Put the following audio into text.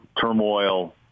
turmoil